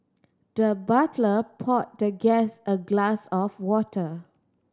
the butler poured the guest a glass of water